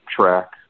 track